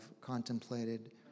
contemplated